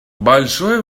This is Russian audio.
большое